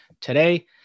today